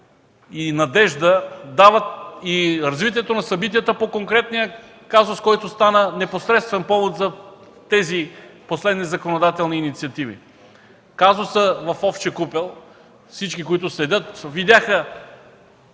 и надежда дава и развитието на събитията по конкретния казус, който стана непосредствен повод за тези последни законодателни инициативи. Всички, които следят казуса